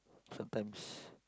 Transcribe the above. sometimes